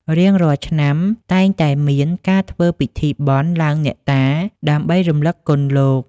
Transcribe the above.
រៀងរាល់ឆ្នាំ តែងតែមានការធ្វើពិធីបុណ្យឡើងអ្នកតាដើម្បីរំលឹកគុណលោក។